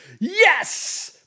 Yes